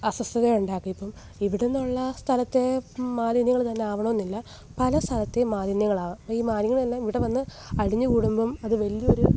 അസ്വസ്ഥതയുണ്ടാക്കും ഇപ്പം ഇവിടുന്നുള്ള സ്ഥലത്തെ മാലിന്യങ്ങള് തന്നെയാകണമെന്നില്ല പല സ്ഥലത്തെയും മാലിന്യങ്ങളാകാം ഈ മാലിന്യങ്ങളെല്ലാം ഇവിടെ വന്ന് അടിഞ്ഞു കൂടുമ്പം അത് വലിയൊരു